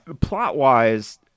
plot-wise